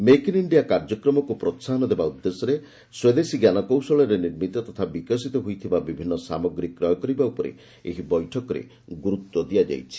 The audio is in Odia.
ମେକ୍ ଇନ୍ ଇଷ୍ଡିଆ କାର୍ଯ୍ୟକ୍ରମକୁ ପ୍ରୋହାହନ ଦେବା ଉଦ୍ଦେଶ୍ୟରେ ସ୍ୱଦେଶୀ ଜ୍ଞାନକୌଶଳରେ ନିର୍ମିତ ତଥା ବିକଶିତ ହୋଇଥିବା ବିଭିନ୍ନ ସାମଗ୍ରୀ କ୍ରୟ କରିବା ଉପରେ ଏହି ବୈଠକରେ ଗୁରୁତ୍ୱ ଦିଆଯାଇଛି